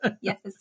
Yes